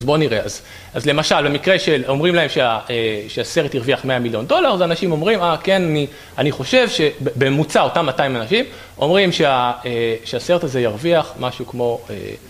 אז בוא נראה, אז למשל, במקרה שאומרים להם שהסרט ירוויח 100 מיליון דולר, אז האנשים אומרים, אה כן, אני חושב שבממוצע, אותם 200 אנשים, אומרים שהסרט הזה ירוויח משהו כמו...